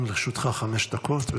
גם לרשותך חמש דקות.